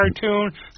cartoon